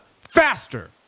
Faster